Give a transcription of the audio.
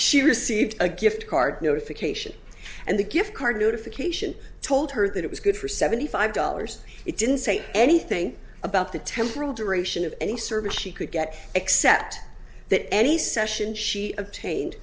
she received a gift card notification and the gift card notification told her that it was good for seventy five dollars it didn't say anything about the temporal duration of any service she could get except that any session she obtained